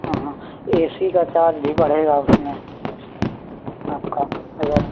हाँ हाँ एसी का चार्ज भी बढ़ेगा उसमें आपका अगर